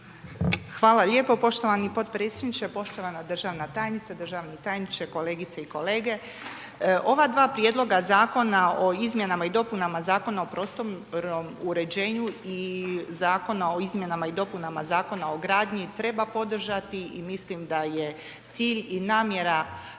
Hvala lijepo. Poštovani potpredsjedniče, poštovana državna tajnice, državni tajniče, kolegice i kolege. Ova dva Prijedloga zakona o izmjenama i dopunama Zakona o prostornom uređenju i Zakona o izmjenama i dopunama Zakona o gradnji treba podržati i mislim da je cilj i namjera